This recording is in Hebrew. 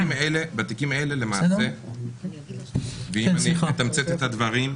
אם אני אתמצת את הדברים,